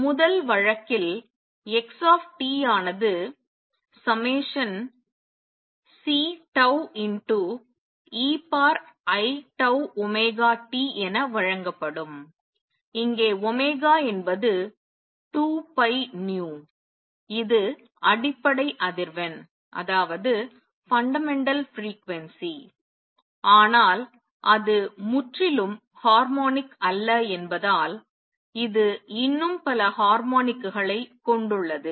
முதல் வழக்கில் x ஆனது ∑Ceiτωt என வழங்கப்படும் இங்கே என்பது 2π இது அடிப்படை அதிர்வெண் ஆனால் அது முற்றிலும் ஹார்மோனிக் அல்ல என்பதால் இது இன்னும் பல ஹார்மோனிக்களைக் கொண்டுள்ளது